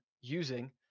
using